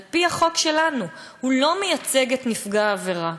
על-פי החוק שלנו הוא לא מייצג את נפגע העבירה,